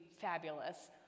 fabulous